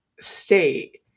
state